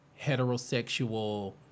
heterosexual